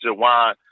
Jawan